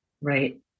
Right